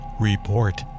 Report